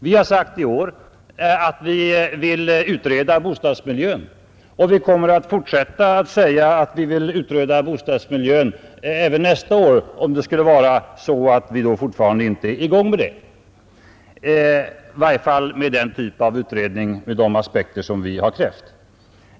Vi har sagt i år att vi vill utreda bostadsmiljön, och vi kommer att fortsätta att säga det även nästa år om man inte då är i gång med den typ av utredning vi har krävt.